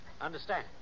Understand